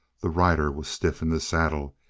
the rider was stiff in the saddle,